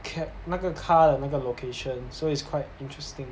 cat~ 那个 car 的那个 location so it's quite interesting